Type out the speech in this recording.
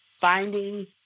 findings